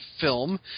film